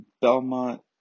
Belmont